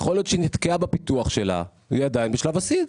יכול להיות שהיא נתקעה בפיתוח שלה והיא עדיין בשלב הסיד,